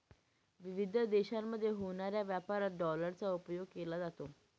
विविध देशांमध्ये होणाऱ्या व्यापारात डॉलरचा उपयोग केला जातो